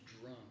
drum